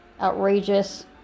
outrageous